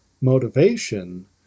motivation